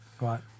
Right